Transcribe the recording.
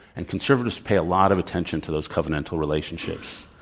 and conservatives pay a lot of attention to those covenantal relationships.